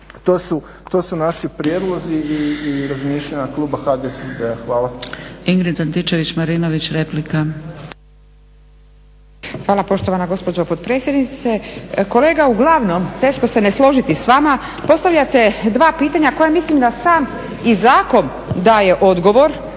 to su naši prijedlozi i razmišljanja kluba HDSSB-a. Hvala.